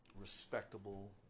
respectable